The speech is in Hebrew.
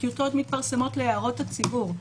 הטיוטות מתפרסמות להערות הציבור.